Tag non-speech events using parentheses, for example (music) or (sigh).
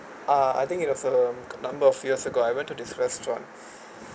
uh I think it was a number of years ago I went to this restaurant (breath)